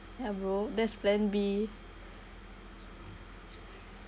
!hey! bro that's plan B